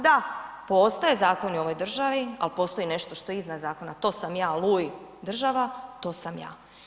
Da, postoje zakoni u ovoj državi ali postoji nešto što je iznad zakona, to sam ja Luj, država to sam ja.